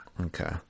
Okay